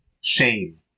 shame